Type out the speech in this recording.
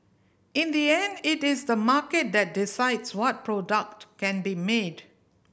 in the end it is the market that decides what product can be made